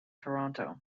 toronto